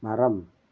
மரம்